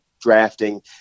drafting